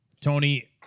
Tony